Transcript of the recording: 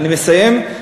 אני מסיים.